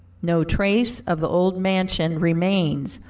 no trace of the old mansion remains,